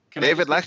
David